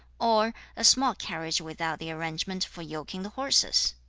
or a small carriage without the arrangement for yoking the horses